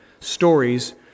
stories